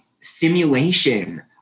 simulation